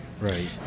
right